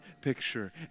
picture